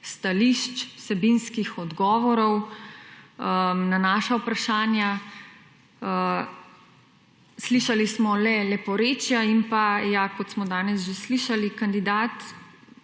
stališč, vsebinskih odgovorov na naša vprašanja. Slišali smo le leporečja in pa, ja, kot smo že danes že slišali, kandidat